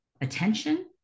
attention